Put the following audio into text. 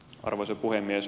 arvoisa puhemies